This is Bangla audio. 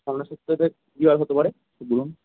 সামনের সপ্তাহতে কী বার হতে পারে এই ধরুন